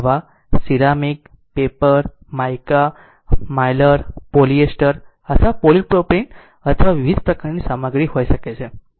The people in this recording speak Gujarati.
તે હવા ceramic paper mica Mylar polyester અથવા પોલિપ્રોપીલિન અથવા વિવિધ પ્રકારની સામગ્રી હોઈ શકે છે